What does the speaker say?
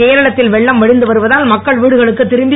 கேரளத்தில் வெள்ளம் வடிந்து வருவதால் மக்கள் வீடுகளுக்கு திரும்பி